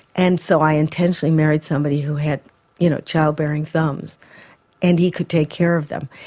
and so i intentionally married somebody who had you know child-bearing thumbs and he could take care of them,